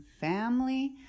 family